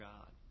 God